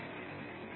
எனவே V1 2